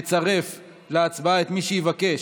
אני מצרף להצבעה את מי שיבקש: